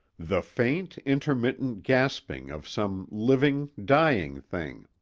the faint intermittent gasping of some living, dying thing!